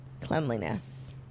cleanliness